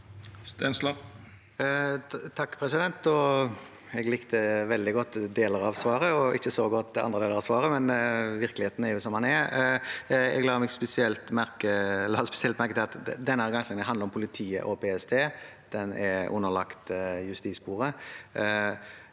Stensland (H) Jeg likte veldig godt deler av svaret og ikke så godt andre deler av svaret – men virkeligheten er jo som den er. Jeg la spesielt merke til at denne granskingen handler om politiet og PST og er underlagt justissporet.